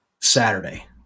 Saturday